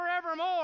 forevermore